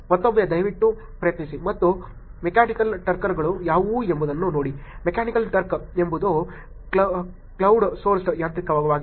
ಮತ್ತೊಮ್ಮೆ ದಯವಿಟ್ಟು ಪ್ರಯತ್ನಿಸಿ ಮತ್ತು ಮೆಕ್ಯಾನಿಕಲ್ ಟರ್ಕರ್ಗಳು ಯಾವುವು ಎಂಬುದನ್ನು ನೋಡಿ ಮೆಕ್ಯಾನಿಕಲ್ ಟರ್ಕ್ ಎಂಬುದು ಕ್ರೌಡ್ಸೋರ್ಸ್ಡ್ ಯಾಂತ್ರಿಕತೆಯಾಗಿದೆ